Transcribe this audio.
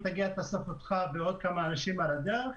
תאסוף אותך ועוד כמה אנשים על הדרך,